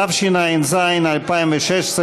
התשע"ז 2016,